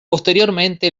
posteriormente